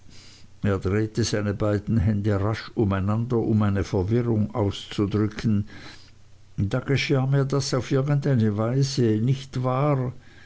seine beiden hände rasch umeinander um eine verwirrung auszudrücken da geschah mir das auf irgendeine weise nicht wahr